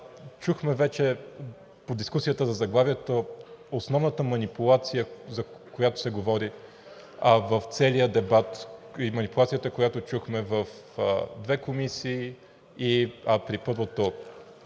чухме вече по дискусията за заглавието основната манипулация, за която се говори в целия дебат. Манипулацията, която чухме в две комисии, при първото